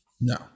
No